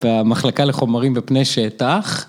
במחלקה לחומרים ופני שטח.